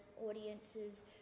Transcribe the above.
audiences